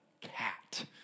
cat